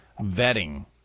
vetting